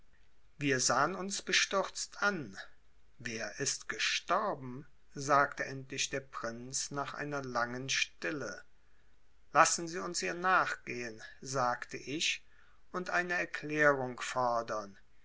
wir sahen uns bestürzt an wer ist gestorben sagte endlich der prinz nach einer langen stille lassen sie uns ihr nachgehen sagte ich und eine erklärung fordern